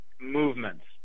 movements